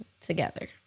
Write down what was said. together